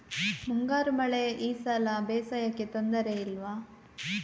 ಮುಂಗಾರು ಮಳೆ ಈ ಸಲ ಬೇಸಾಯಕ್ಕೆ ತೊಂದರೆ ಇಲ್ವ?